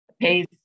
Pace